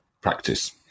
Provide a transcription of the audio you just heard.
practice